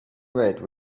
red